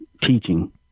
Teaching